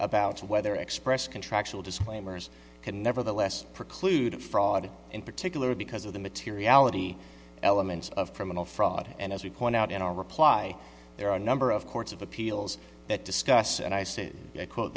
about whether express contractual disclaimers can nevertheless preclude fraud in particular because of the materiality elements of criminal fraud and as you point out in our reply there are a number of courts of appeals that discuss and i